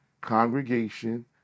congregation